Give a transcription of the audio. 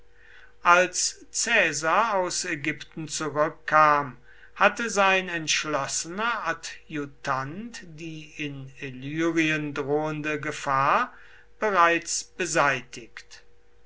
als caesar aus ägypten zurückkam hatte sein entschlossener adjutant die in illyrien drohende gefahr bereits beseitigt